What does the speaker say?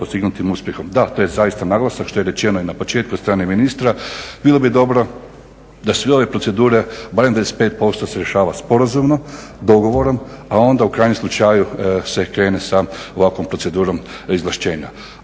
Da to je zaista naglasak, što je rečeno i na početku od strane ministra. Bilo bi dobro da sve ove procedure barem 95% se rješava sporazumno, dogovorom a onda u krajnjem slučaju se krene sa ovakvom procedurom izvlaštenja.